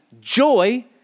joy